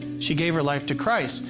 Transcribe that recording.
she gave her life to christ.